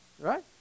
Right